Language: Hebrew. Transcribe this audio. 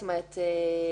זאת אומרת,